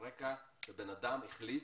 על רקע העובדה שבן אדם החליט